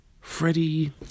Freddie